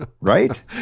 Right